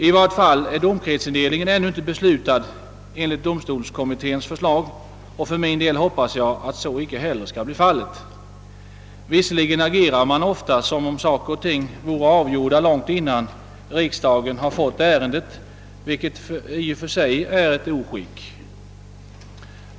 I vart fall är domkretsindelningen ännu inte beslutad enligt domstolskommitténs förslag, och för min del hoppas jag att så icke heller skall bli fallet. Emellertid agerar man ofta som om saker och ting vore avgjor da långt innan riksdagen har fått ärendet, vilket i och för sig är ett oskick.